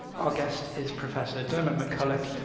our guest is professor diarmaid macculloch,